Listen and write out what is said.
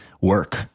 work